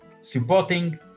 supporting